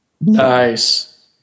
Nice